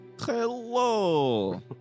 Hello